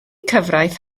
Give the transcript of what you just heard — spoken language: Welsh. cyfraith